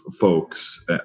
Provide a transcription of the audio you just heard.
folks